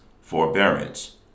forbearance